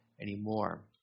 anymore